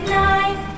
nine